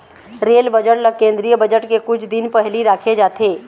rail budget ल केंद्रीय budget के कुछ दिन पहिली राखे जाथे